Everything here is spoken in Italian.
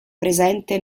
presente